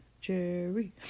Jerry